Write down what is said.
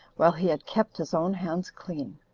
while he had kept his own hands clean.